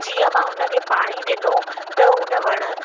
जीअं मां हुन खे पाणी ॾिनो त उन वणु